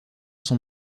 son